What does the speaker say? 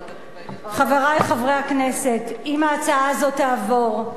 חברי חברי הכנסת, אם ההצעה הזאת תעבור,